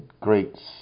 great